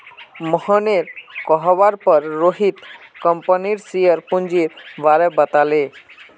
मोहनेर कहवार पर रोहित कंपनीर शेयर पूंजीर बारें बताले